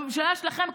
בממשלה שלכם,